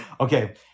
Okay